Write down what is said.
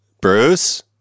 Bruce